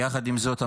יחד עם זאת,